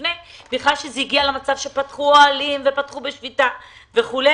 לפני בכלל שזה הגיע למצב שפתחו אוהלים ופתחו בשביתה וכו',